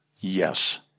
Yes